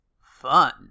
fun